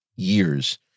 years